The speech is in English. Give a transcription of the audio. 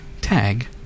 tag